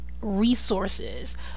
resources